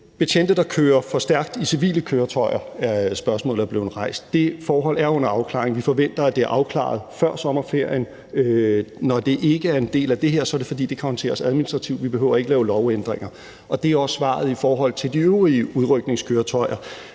Betjente, der kører for stærkt i civile køretøjer, er et spørgsmål, der er blevet rejst. Det forhold er under afklaring, og vi forventer, at det er afklaret før sommerferien. Når det ikke er en del af det her, er det, fordi det kan håndteres administrativt; vi behøver ikke at lave lovændringer. Og det er også svaret i forhold til de øvrige udrykningskøretøjer;